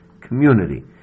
community